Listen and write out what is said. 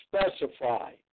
specify